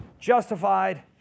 Justified